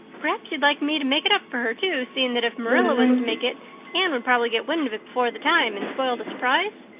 perhaps you'd like me to make it up for her, too, seeing that if marilla was to make it anne would probably get wind of it before the time and spoil the surprise?